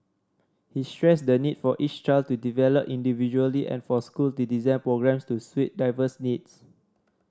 he stressed the need for each child to develop individually and for school design programmes to suit diverse needs